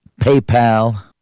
PayPal